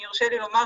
אם יורשה לי לומר,